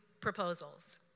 proposals